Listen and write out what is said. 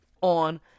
on